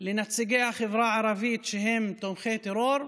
של נציגי החברה הערבית שהם תומכי טרור.